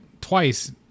twice